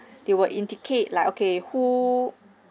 they will indicate like okay who